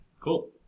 Cool